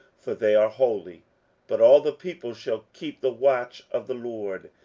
for they are holy but all the people shall keep the watch of the lord.